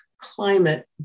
climate